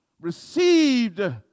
received